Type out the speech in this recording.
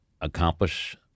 accomplish